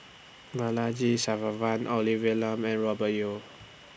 Balaji Olivia Lum and Robert Yeo